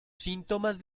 síntomas